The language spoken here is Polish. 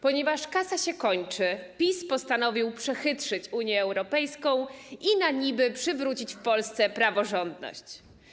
Ponieważ kasa się kończy, PiS postanowił przechytrzyć Unię Europejską i na niby przywrócić w Polsce praworządność.